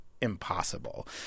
impossible